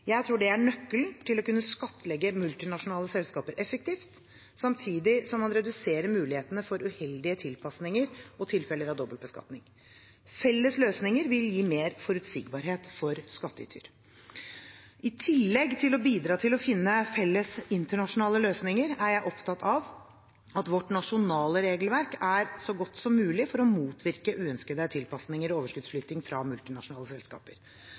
Jeg tror det er nøkkelen til å kunne skattlegge multinasjonale selskaper effektivt, samtidig som man reduserer mulighetene for uheldige tilpasninger og tilfeller av dobbeltbeskatning. Felles løsninger vil gi mer forutsigbarhet for skattyter. I tillegg til å bidra til å finne felles internasjonale løsninger er jeg opptatt av at vårt nasjonale regelverk er så godt som mulig for å motvirke uønskede tilpasninger og overskuddsflytting fra multinasjonale selskaper.